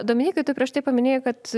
dominikai tu prieš tai paminėjai kad